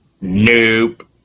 Nope